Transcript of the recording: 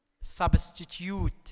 substitute